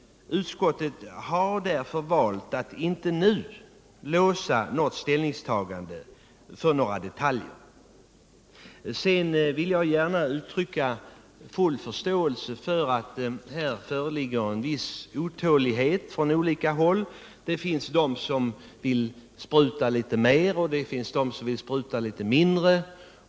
Utskottet har därför valt att inte nu låsa sig för något ställningstagande i detaljer. Sedan vill jag gärna uttrycka full förståelse för att det föreligger en viss otålighet på olika håll. Det finns de som vill spruta litet mer och de som vill spruta litet mindre.